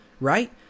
right